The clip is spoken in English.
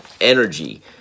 energy